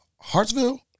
Hartsville